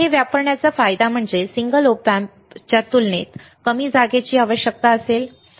तर हे वापरण्याचा फायदा म्हणजे सिंगल ऑप एएमपीएसच्या तुलनेत कमी जागेची आवश्यकता असेल